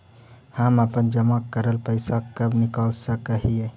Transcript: हम अपन जमा करल पैसा कब निकाल सक हिय?